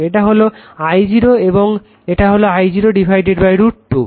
তো এটা হলো I 0 এবং এটা হলো I 0 √ 2